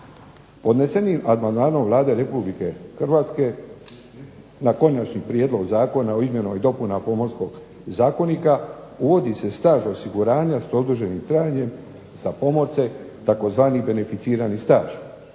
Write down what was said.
Podnesenim amandmanom Vlada Republike Hrvatske na Konačni prijedlog zakona o izmjenama i dopunama Pomorskog zakonika uvodi se staž osiguranja s produženim trajanjem za pomorce, tzv. beneficirani staž.